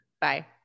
bye